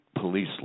police